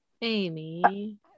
Amy